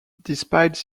despite